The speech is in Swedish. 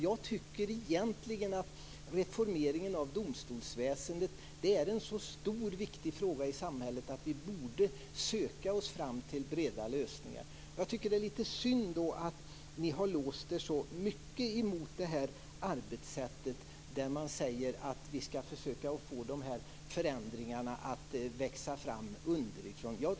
Jag tycker egentligen att reformeringen av domstolsväsendet är en så stor och viktig fråga i samhället att vi borde söka oss fram till breda lösningar. Det är lite synd att ni har låst er så mycket emot det här arbetssättet, där man säger att vi ska försöka få de här förändringarna att växa fram underifrån.